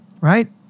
right